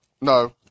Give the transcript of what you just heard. No